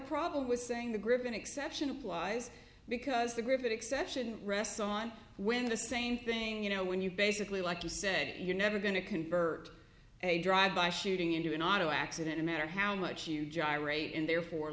problem with saying the group an exception applies because the group that exception rests on when the same thing you know when you basically like you said you're never going to convert a drive by shooting into an auto accident or matter how much you gyrate and therefore